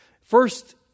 First